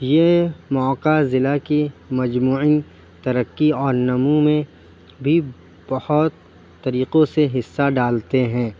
یہ موقع ضلع کی مجموعی ترقی اور نمو میں بھی بہت طریقوں سے حصہ ڈالتے ہیں